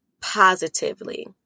positively